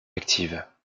actives